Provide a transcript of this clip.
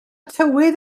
tywydd